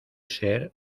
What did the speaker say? ser